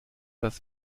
das